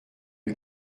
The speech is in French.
une